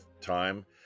time